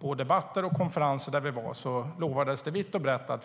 På debatter och konferenser där vi var lovades det vitt och brett att